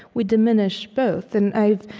we diminish both. and i've,